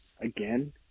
again